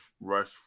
rush